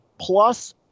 plus